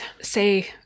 say